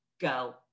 go